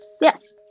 Yes